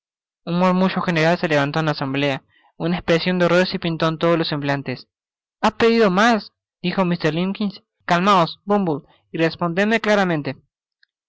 un murmullo general se levantó en la asamblea una expresion de horror se pintó en todos los semblantes ha pedido mas dijomr limbkins calmaos bumble y respondedme